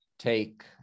take